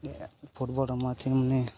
એ football રમવાથી અમને